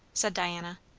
said diana.